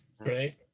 Right